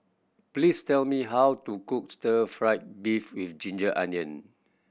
please tell me how to cook stir fried beef with ginger onion